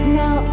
now